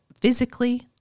physically